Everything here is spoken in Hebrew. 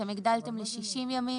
אתם הגדלתם ל-60 ימים.